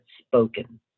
spoken